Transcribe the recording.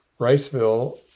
Riceville